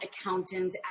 accountant